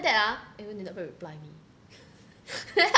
that ah even they never reply me